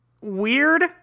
Weird